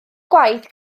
gwaith